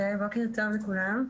בוקר טוב לכולם,